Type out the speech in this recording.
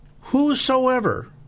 whosoever